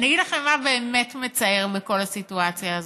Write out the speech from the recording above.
אני אגיד לכם מה באמת מצער בכל הסיטואציה הזאת.